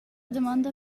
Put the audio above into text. damonda